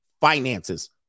finances